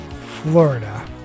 Florida